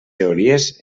teories